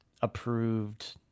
approved